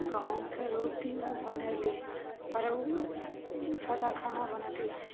गहूॅंमके रोटी बहुत बनैली आओर ओ सादा खाना बनैती